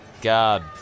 God